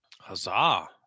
Huzzah